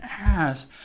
ass